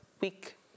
week